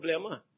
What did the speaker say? problema